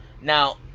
Now